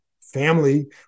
family